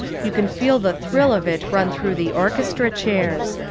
you can feel the thrill of it run through the orchestra chairs.